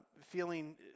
Feeling